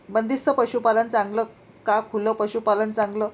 बंदिस्त पशूपालन चांगलं का खुलं पशूपालन चांगलं?